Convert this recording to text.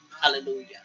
Hallelujah